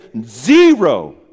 zero